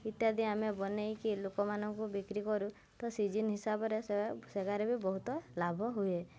ଇତ୍ୟାଦି ଆମେ ବନାଇକି ଲୋକମାନଙ୍କୁ ବିକ୍ରି କରୁ ତ ସିଜିନ୍ ହିସାବରେ ସେଗାରେ ବି ବହୁତ ଲାଭ ହୁଏ